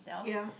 ya